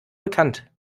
bekannt